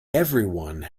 everyone